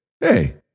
hey